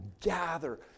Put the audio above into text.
gather